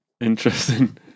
Interesting